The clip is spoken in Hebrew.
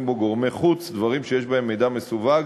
בו גורמי חוץ דברים שיש בהם מידע מסווג